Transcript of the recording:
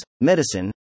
medicine